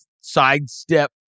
sidestep